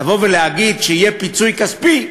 לבוא ולהגיד שיהיה פיצוי כספי,